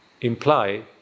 imply